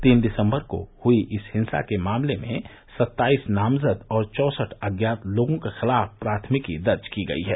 तीन दिसम्बर को हुई इस हिंसा के मामले में सत्ताईस नामज़द और चौसठ अज्ञात लोगों के ख़िलाफ़ प्राथमिकी दर्ज की गई है